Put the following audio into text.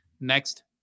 next